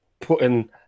putting